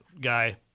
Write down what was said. guy